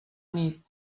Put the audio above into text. nit